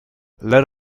let